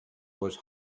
was